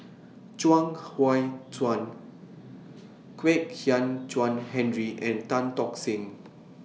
Chuang Hui Tsuan Kwek Hian Chuan Henry and Tan Tock Seng